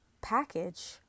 package